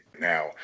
now